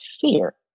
fear